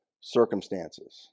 circumstances